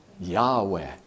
Yahweh